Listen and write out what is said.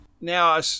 Now